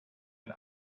and